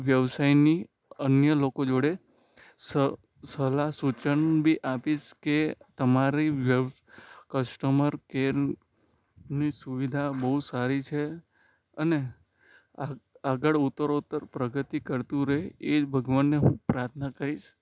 વ્યવસાયની અન્ય લોકો જોડે સ સલાહ સૂચના બી આપીશ કે તમારી વ્યવ કસ્ટમર કેરની સુવિધા બહુ સારી છે અને આ આગળ ઉત્તરોત્તર પ્રગતિ કરતું રહે એ જ ભગવાનને હું પ્રાર્થના કરીશ